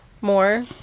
more